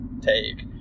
take